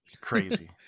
crazy